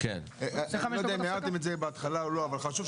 אני לא יודע אם הערתם את זה בהתחלה או לא אבל חשוב,